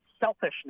selfishness